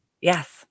Yes